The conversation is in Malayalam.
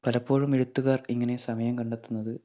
പലപ്പോഴും എഴുത്തുകാർ ഇങ്ങനെ സമയം കണ്ടെത്തുന്നത്